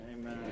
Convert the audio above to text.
Amen